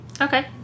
Okay